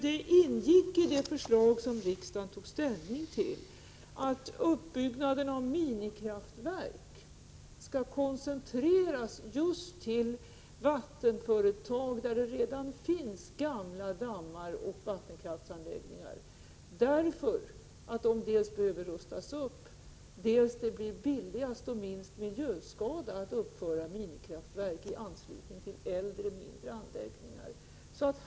Det ingick i det förslag som riksdagen tog ställning till att uppbyggnaden av minikraftverk skall koncentreras just till vattenföretag där det redan finns gamla dammar och vattenkraftsanläggningar, dels därför att de behöver rustas upp, dels för att det blir billigast och ger minst miljöskada att uppföra minikraftverk i anslutning till äldre mindre anläggningar.